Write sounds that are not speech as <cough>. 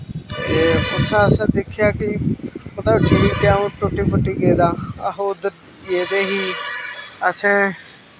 ते उत्थै असें दिक्खेआ कि <unintelligible> टुट्टी फुट्टी गेदा आहो उद्धर गेदे ही असें